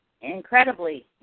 incredibly